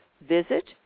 visit